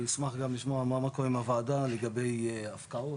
אשמח גם לשמוע מה קורה עם הוועדה לגבי הפקעות